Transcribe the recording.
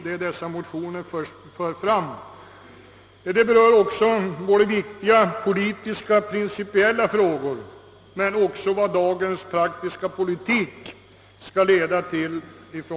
De berör viktiga politiska, principiella frågor och dagens praktiska politik.